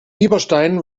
bieberstein